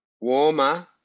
warmer